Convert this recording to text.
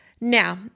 Now